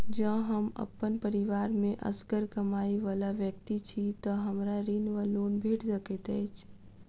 जँ हम अप्पन परिवार मे असगर कमाई वला व्यक्ति छी तऽ हमरा ऋण वा लोन भेट सकैत अछि?